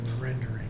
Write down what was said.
rendering